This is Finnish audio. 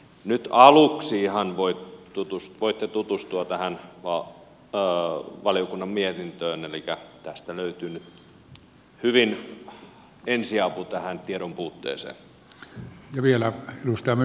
nyt aluksi voitte ihan tutustua tähän valiokunnan mietintöön elikkä tästä löytyy hyvin ensiapu tähän tiedonpuutteeseen